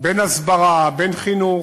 בין הסברה, בין חינוך,